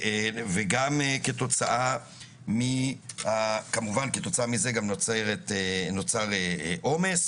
כמובן כתוצאה מזה גם נוצר עומס.